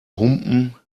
humpen